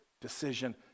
decision